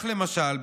למשל,